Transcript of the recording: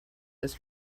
his